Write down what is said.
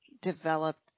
developed